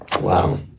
Wow